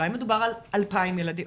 אולי מדובר על 2,000 ילדים?